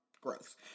Gross